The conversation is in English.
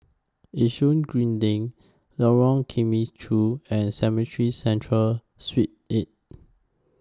Yishun Green LINK Lorong Temechut and Cemetry Central Street eight